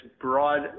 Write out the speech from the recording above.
broad